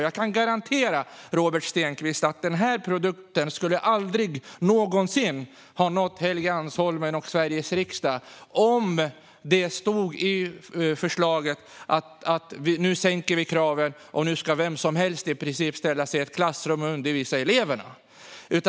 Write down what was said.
Jag kan garantera Robert Stenkvist att den här produkten aldrig någonsin hade nått Helgeandsholmen och Sveriges riksdag om det stått i förslaget att nu sänker vi kraven, och nu ska i princip vem som helst kunna ställa sig i ett klassrum och undervisa eleverna.